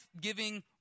giving